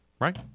Right